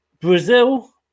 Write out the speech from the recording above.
brazil